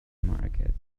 market